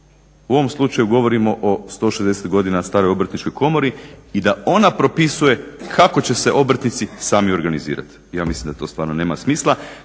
U ovom slučaju govorimo o 160 godina staroj Obrtničkoj komori i da ona propisuje kako će se obrtnici sami organizirati. Ja mislim da to stvarno nema smisla